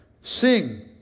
Sing